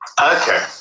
Okay